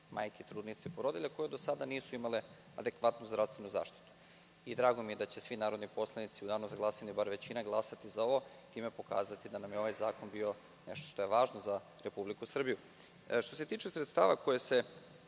majki, trudnica i porodilja koje do sada nisu imale adekvatnu zdravstvenu zaštitu. Drago mi je da će svi narodni poslanici u danu za glasanje, bar većina, glasati za ovo i time pokazati da nam je ovaj zakon bio nešto što je važno za Republiku Srbiju. Što se tiče sredstava koja se